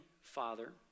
father